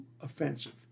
offensive